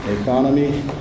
economy